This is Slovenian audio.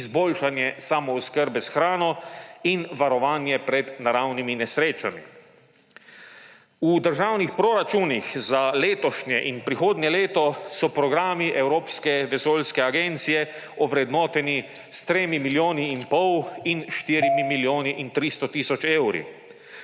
izboljšanje samooskrbe s hrano in varovanje pred naravnimi nesrečami. V državnih proračunih za letošnje in prihodnje leto so programi Evropske vesoljske agencije ovrednoteni s tremi milijoni in pol in štirimi milijoni in 300 tisoč evri.